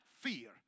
fear